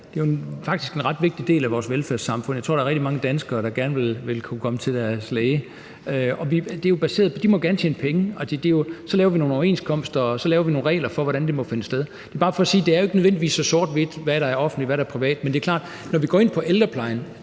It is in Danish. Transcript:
faktisk en ret vigtig del af vores velfærdssamfund. Jeg tror, at der er rigtig mange danskere, der gerne vil kunne komme til deres læge. Det er jo baseret på, at de gerne må tjene penge. Så laver vi nogle overenskomster og nogle regler for, hvordan det må finde sted. Det er bare for at sige, at det jo ikke nødvendigvis er så sort og hvidt, hvad der er offentligt, og hvad der er privat. Men det er klart, at når vi går ind på ældreplejen,